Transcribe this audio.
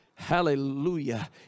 Hallelujah